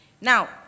Now